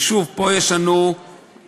שוב, פה יש לנו הבטחה